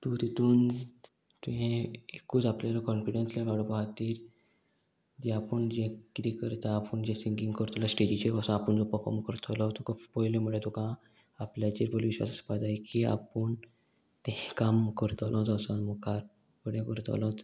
तूं तितून तेंये एकूच आपल्यालो कॉन्फिडन्स लेवल वाडोवपा खातीर जें आपूण जें किदें करता आपूण जें सिंगींग करतलो स्टेजीचेर असो आपूण जो पफोम करतलो तुका पयलें म्हळ्यार तुका आपल्याचेर पयली विश्वास आसपा जाय की आपूण तें काम करतलोच असो मुखार कडे करतलो